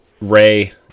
Ray